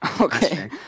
Okay